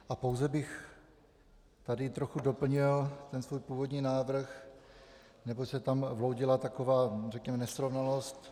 A pouze bych tady trochu doplnil ten svůj původní návrh, neboť se tam vloudila taková řekněme nesrovnalost.